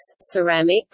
ceramics